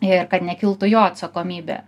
ir kad nekiltų jo atsakomybė